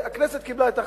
והכנסת קיבלה את ההחלטה.